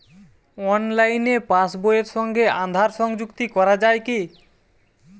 অনলাইনে পাশ বইয়ের সঙ্গে আধার সংযুক্তি করা যায় কি?